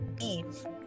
Eve